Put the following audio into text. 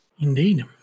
Indeed